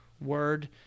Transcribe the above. word